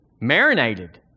marinated